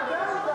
לא על-ידי שירות